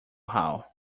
how